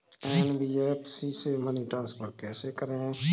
NBFC से money transfer कैसे करें?